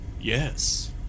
Yes